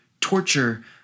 torture